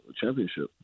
championship